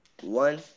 one